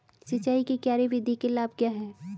सिंचाई की क्यारी विधि के लाभ क्या हैं?